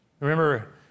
Remember